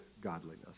godliness